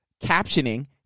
captioning